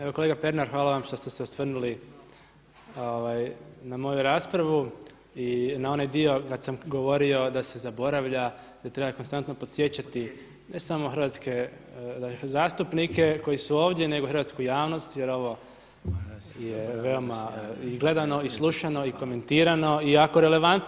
Evo kolega Pernar, hvala vam što ste se osvrnuli na moju raspravu i na onaj dio kad sam govorio da se zaboravlja, da treba konstantno podsjećati ne samo hrvatske zastupnike koji su ovdje, nego i hrvatsku javnost jer ovo je veoma i gledano i slušano i komentirano i jako relevantno.